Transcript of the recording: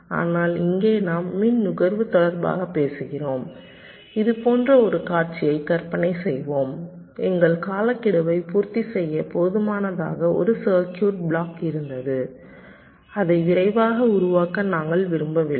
ஆனால் இங்கே நாம் மின் நுகர்வு தொடர்பாக பேசுகிறோம் இது போன்ற ஒரு காட்சியை கற்பனை செய்வோம் எங்கள் காலக்கெடுவை பூர்த்தி செய்ய போதுமானதாக ஒரு சர்க்யூட் பிளாக் இருந்தது அதை விரைவாக உருவாக்க நாங்கள் விரும்பவில்லை